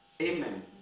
amen